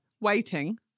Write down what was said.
Waiting